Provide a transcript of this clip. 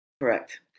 Correct